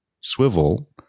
swivel